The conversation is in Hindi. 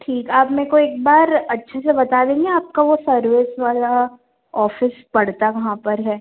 ठीक आप मेरे को एक बार अच्छे से बता देंगे आपका वो सर्विस वाला ओफ़िस पड़ता कहाँ पर है